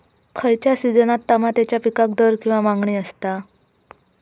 खयच्या सिजनात तमात्याच्या पीकाक दर किंवा मागणी आसता?